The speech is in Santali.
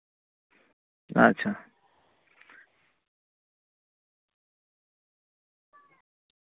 ᱟᱪᱪᱷᱟ